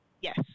Yes